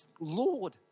Lord